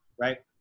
right